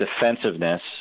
defensiveness